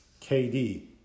KD